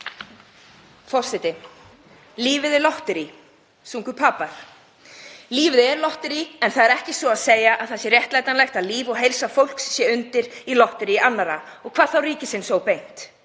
Forseti. Lífið er lotterí, sungu Papar. Lífið er lotterí en það er ekki svo að það sé réttlætanlegt að líf og heilsa fólks sé undir í lotterí annarra og hvað þá ríkisins óbeint.